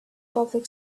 public